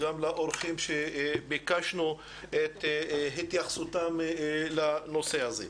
וגם לאורחים שביקשנו את התייחסותם לנושא הזה.